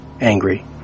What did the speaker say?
angry